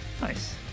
Nice